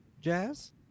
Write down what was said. jazz